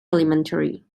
elementary